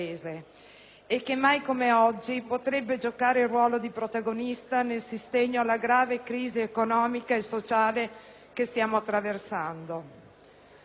che mai come oggi potrebbe giocare il ruolo di protagonista nel sostegno alla grave crisi economica e sociale che stiamo attraversando.